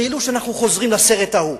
כאילו אנחנו חוזרים לסרט ההוא.